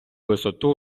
висоту